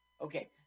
okay